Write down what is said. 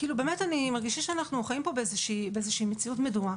אני מרגישה שאנחנו חיים פה באיזו מציאות מדומה.